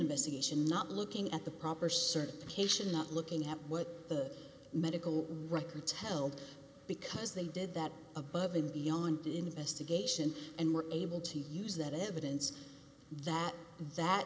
investigator not looking at the proper certification not looking at what medical records held because they did that above and beyond investigation and were able to use that evidence that that